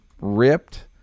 ripped